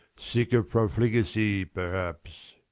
sick of profligacy, perhaps.